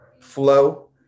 flow